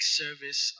service